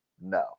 No